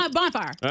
Bonfire